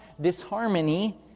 disharmony